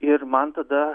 ir man tada